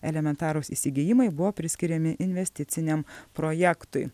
elementarūs įsigijimai buvo priskiriami investiciniam projektui